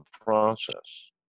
process